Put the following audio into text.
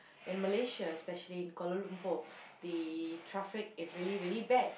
in Malaysia especially in Kuala-Lumpur the traffic is really really bad